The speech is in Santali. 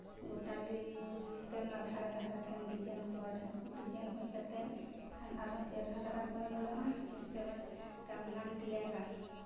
ᱜᱚᱴᱟ ᱞᱤᱞ ᱚᱱᱟ ᱫᱷᱟᱨᱮ ᱫᱷᱟᱨᱮ ᱛᱮᱢ ᱰᱤᱡᱟᱭᱤᱱ ᱠᱚᱣᱟ ᱰᱤᱡᱟᱭᱤᱱ ᱦᱩᱭ ᱠᱟᱛᱮᱫ ᱮᱱᱠᱷᱟᱱ ᱟᱨᱦᱚᱸ ᱪᱮᱨᱦᱟ ᱫᱷᱟᱨᱟ ᱠᱚ ᱧᱮᱞᱚᱜᱼᱟ ᱤᱥᱠᱮᱵᱟᱫ ᱜᱟᱢᱞᱟᱢ ᱛᱮᱭᱟᱨᱟ